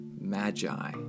magi